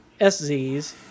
SZs